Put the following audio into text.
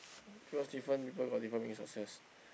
cause different people got different meaning of success